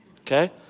Okay